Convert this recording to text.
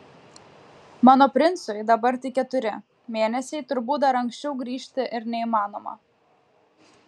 mano princui dabar tik keturi mėnesiai turbūt dar anksčiau grįžti ir neįmanoma